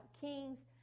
kings